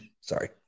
Sorry